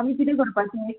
आमी किदें करपाचें